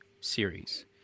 series